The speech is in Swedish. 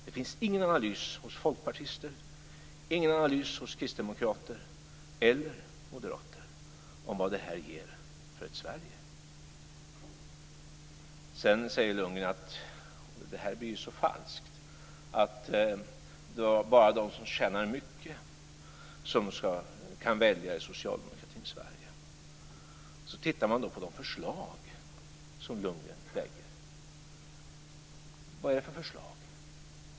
Det finns ingen analys hos folkpartister, hos kristdemokrater eller hos moderater om vad detta ger för ett Sedan säger Lundgren - detta blir så falskt - att det bara är de som tjänar mycket som kan välja i socialdemokratins Sverige. Men så tittar man på de förslag som Lundgren lägger fram. Vad är det för förslag?